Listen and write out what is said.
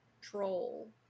Troll